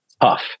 tough